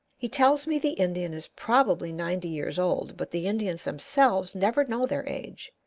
he tells me the indian is probably ninety years old but the indians themselves never know their age,